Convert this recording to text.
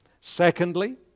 Secondly